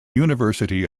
university